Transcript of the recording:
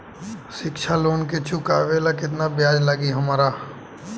शिक्षा लोन के चुकावेला केतना ब्याज लागि हमरा?